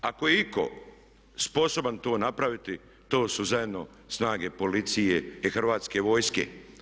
Ako je itko sposoban to napraviti to su zajedno snage policije i Hrvatske vojske.